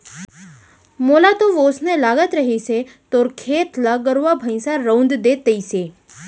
मोला तो वोसने लगत रहिस हे तोर खेत ल गरुवा भइंसा रउंद दे तइसे